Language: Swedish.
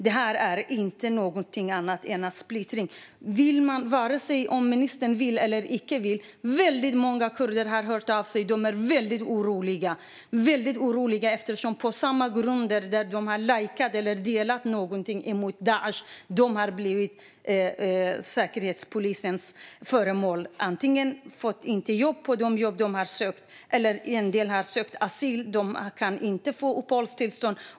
Det är ingenting annat än splittring. Vare sig ministern vill eller inte har många kurder hört av sig. De är väldigt oroliga, för på samma grunder - att de har lajkat eller delat någonting mot Daish - har de blivit föremål för Säkerhetspolisens granskning. Några har inte fått jobb som de har sökt, och en del har sökt asyl men kan inte få uppehållstillstånd.